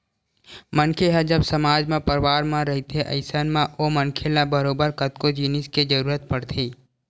मनखे ह जब समाज म परवार म रहिथे अइसन म ओ मनखे ल बरोबर कतको जिनिस के जरुरत पड़थे